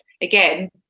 again